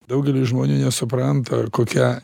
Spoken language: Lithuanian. daugelis žmonių nesupranta kokia